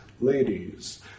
Ladies